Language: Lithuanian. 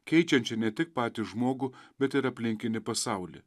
keičiančią ne tik patį žmogų bet ir aplinkinį pasaulį